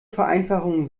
vereinfachungen